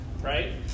right